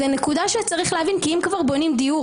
זאת נקודה שצריך להבין כי אם כבר בונים דיור